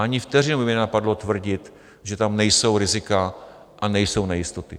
Ani vteřinu by mě nenapadlo tvrdit, že tam nejsou rizika a nejsou nejistoty.